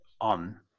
on